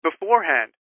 beforehand